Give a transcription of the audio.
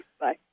Bye